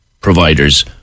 providers